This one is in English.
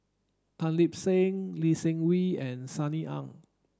Tan Lip Seng Lee Seng Wee and Sunny Ang